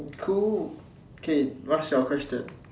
cool okay what's your question